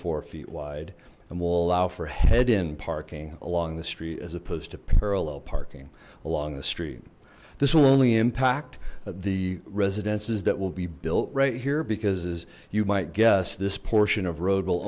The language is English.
four feet wide and wall allow for head in parking along the street as opposed to parallel parking along the street this will only impact the residences that will be built right here because you might guess this portion of road will